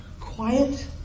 quiet